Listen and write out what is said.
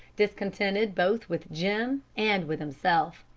discontented both with jim and with himself.